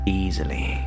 easily